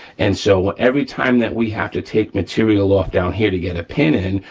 and so, when every time that we have to take material off down here to get a pin in,